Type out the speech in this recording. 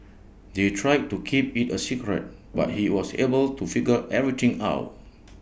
they tried to keep IT A secret but he was able to figure everything out